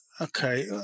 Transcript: okay